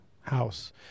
house